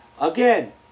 Again